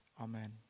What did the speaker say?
Amen